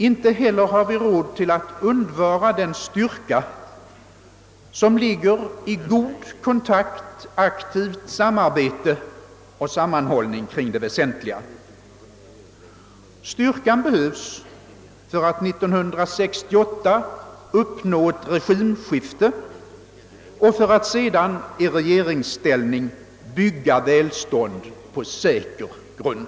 Inte heller har vi råd att undvara den styrka som ligger i god kontakt, aktivt samarbete och sammanhållning kring det väsentliga. Styrkan behövs för att 1968 uppnå ett regimskifte och för att sedan i regeringsställning bygga välstånd på säker grund.